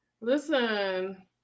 Listen